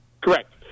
Correct